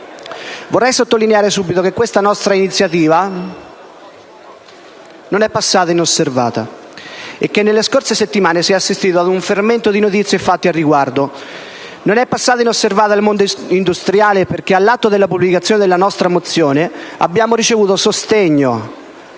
Vorrei sottolineare subito che questa nostra iniziativa non è passata inosservata e che nelle scorse settimane si è assistito ad un fermento di notizie e fatti al riguardo. Non è passata inosservata al mondo industriale, perché all'atto della pubblicazione della nostra mozione abbiamo ricevuto sostegno